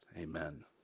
amen